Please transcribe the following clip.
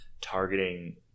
targeting